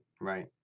right